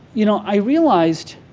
you know i realized